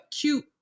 cute